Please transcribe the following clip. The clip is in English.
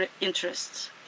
interests